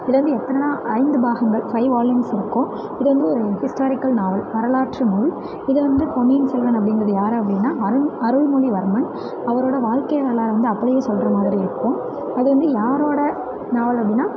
இது வந்து எத்தனைன்னா ஐந்து பாகங்கள் ஃபைவ் வால்யூம்ஸ் இருக்கும் இது வந்து ஒரு ஹிஸ்டாரிக்கல் நாவல் வரலாற்று நூல் இதில் வந்து பொன்னியின் செல்வன் அப்படின்றது யார் அப்படின்னா அருண் அருள்மொழிவர்மன் அவரோட வாழ்க்கை வரலாறை வந்து அப்படியே சொல்கிற மாதிரி இருக்கும் அது வந்து யாரோட நாவல் அப்படின்னா